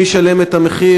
מי ישלם את המחיר?